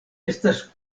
estas